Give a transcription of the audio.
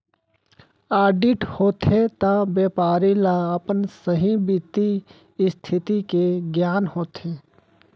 audit होथे त बेपारी ल अपन सहीं बित्तीय इस्थिति के गियान होथे